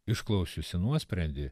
išklausiusi nuosprendį